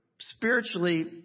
Spiritually